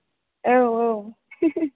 औ औ